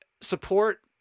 support